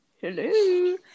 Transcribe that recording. hello